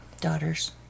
Daughters